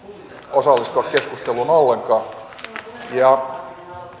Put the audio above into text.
osallistua keskusteluun ollenkaan